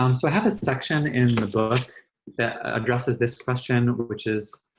um so i have a section in the book that addresses this question, which is,